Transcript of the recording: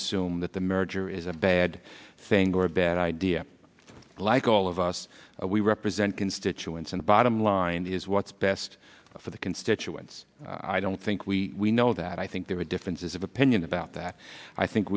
assume that the merger is a bad saying or a bad idea like all of us we represent constituents in the bottom line is what's best for the constituents i don't think we know that i think there are differences of opinion about that i think